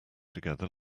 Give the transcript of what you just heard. together